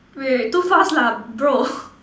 wait wait too fast lah bro